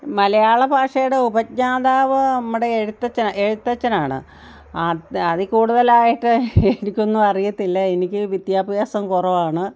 മലയാള ഭാഷയുടെ ഉപജ്ഞാതാവ് നമ്മടെ എഴുത്തച്ച എഴുത്തച്ഛനാണ് അതിൽ കൂടുതലായിട്ട് എനിക്കൊന്നും അറിയത്തില്ല എനിക്ക് വിദ്യാഭ്യാസം കുറവാണ്